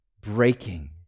breaking